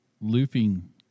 looping